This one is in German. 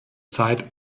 zeit